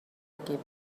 equip